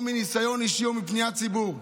או מניסיון אישי או מפניית ציבור.